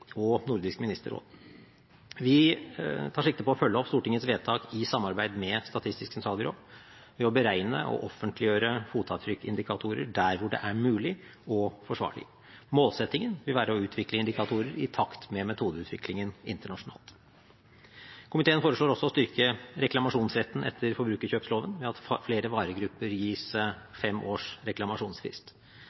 og Nordisk ministerråd. Vi tar sikte på å følge opp Stortingets vedtak i samarbeid med Statistisk sentralbyrå ved å beregne og offentliggjøre fotavtrykkindikatorer der hvor det er mulig og forsvarlig. Målsettingen vil være å utvikle indikatorer i takt med metodeutviklingen internasjonalt. Komiteen foreslår også å styrke reklamasjonsretten etter forbrukerkjøpsloven ved at flere varegrupper gis fem års reklamasjonsfrist.